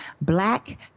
Black